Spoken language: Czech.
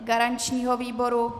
Garančního výboru?